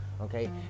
okay